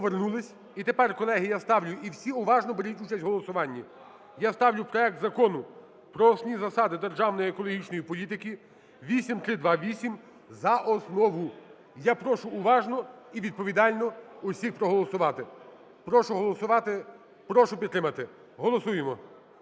І тепер, колеги, я ставлю… Всі уважно беріть участь у голосуванні. Я ставлю проект Закону про Основні засади державної екологічної політики (8328) за основу. Я прошу уважно і відповідально всіх проголосувати. Прошу проголосувати, прошу підтримати. Голосуємо.